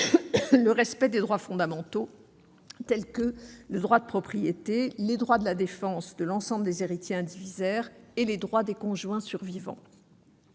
le respect des droits fondamentaux, tels que le droit de propriété, les droits de la défense de l'ensemble des héritiers indivisaires et les droits des conjoints survivants.